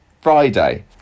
Friday